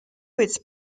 its